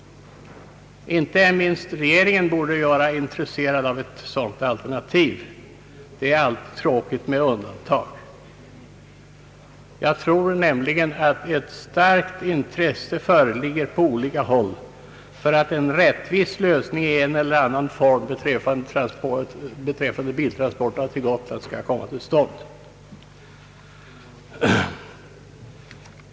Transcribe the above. Inte minst regeringen borde vara intresserad av ett sådant alternativ. Det är alltid tråkigt med undantag. Jag tror att ett starkt intresse föreligger på olika håll för att en rättvis lösning i en eller annan form beträffande biltransporterna till Gotland skall komma till stånd.